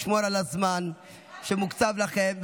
לשמור על הזמן שמוקצב לכם,